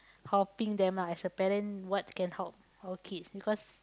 helping them lah as a parent what can help our kids because